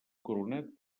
coronat